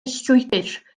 llwybr